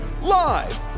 live